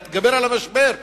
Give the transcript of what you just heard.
להתגבר על המשבר,